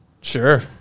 Sure